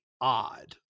odd